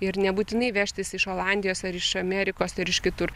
ir nebūtinai vežtis iš olandijos ar iš amerikos ir iš kitur